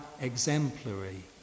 exemplary